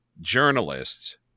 journalists